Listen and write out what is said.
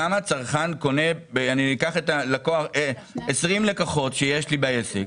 כדוגמה אני אקח 20 לקוחות שיש לי בעסק,